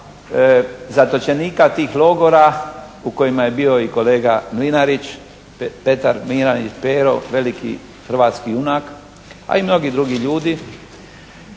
zatočenika tih logora u kojima je bio i kolega Petar Mlinarić veliki hrvatski junak a i mnogi drugi ljudi